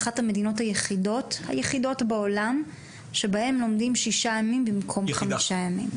היא אחת המדינות בעולם שבה לומדים שישה ימים במקום חמישה ימים.